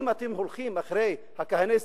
ואם אתם הולכים אחרי הכהניסט,